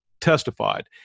testified